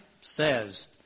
says